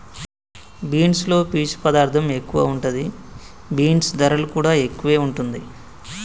beans లో పీచు పదార్ధం ఎక్కువ ఉంటది, బీన్స్ ధరలు కూడా ఎక్కువే వుంటుంది